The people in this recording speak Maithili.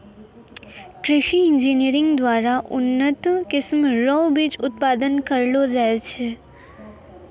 कृषि इंजीनियरिंग द्वारा उन्नत किस्म रो बीज उत्पादन करलो जाय छै